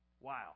Wow